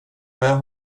med